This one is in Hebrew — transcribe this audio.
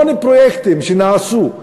המון פרויקטים שנעשו,